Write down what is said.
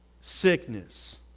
sickness